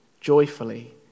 joyfully